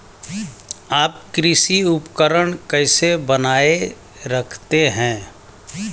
आप कृषि उपकरण कैसे बनाए रखते हैं?